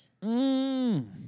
Mmm